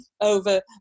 over